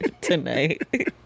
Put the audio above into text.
tonight